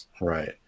Right